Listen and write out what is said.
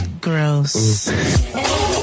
Gross